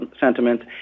sentiment